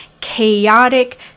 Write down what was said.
chaotic